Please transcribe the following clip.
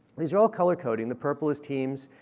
these are all color coded. the purple is teams.